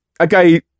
Okay